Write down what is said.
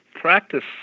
practice